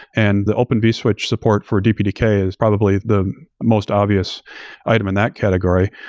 and the open vswitch support for dpdk is probably the most obvious item in that category.